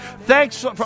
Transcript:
Thanks